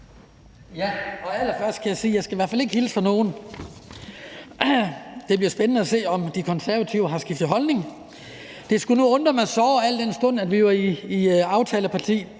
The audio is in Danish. (DF): Allerførst kan jeg sige, at jeg i hvert fald ikke skal hilse fra nogen. Det bliver spændende at se, om De Konservative har skiftet holdning. Det skulle dog undre mig såre, al den stund at vi jo i aftalekredsen